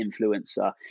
influencer